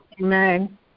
Amen